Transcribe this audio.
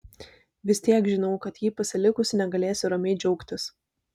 vis tiek žinau kad jį pasilikusi negalėsiu ramiai džiaugtis